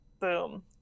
boom